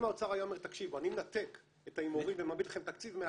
אם האוצר היה אומר: אני מנתק את ההימורים ומביא לכם תקציב,